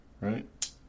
right